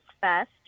Fest